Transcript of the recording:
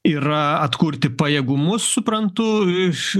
yra atkurti pajėgumus suprantu iš